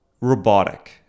robotic